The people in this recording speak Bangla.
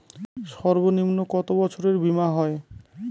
সর্বনিম্ন কত বছরের বীমার হয়?